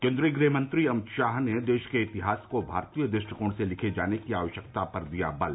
केन्द्रीय गृहमंत्री अमित शाह ने देश के इतिहास को भारतीय दृष्टिकोण से लिखे जाने की आवश्यकता पर दिया बल